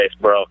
bro